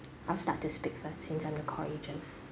I'll start to speak first since I'm the call agent